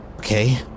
okay